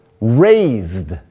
raised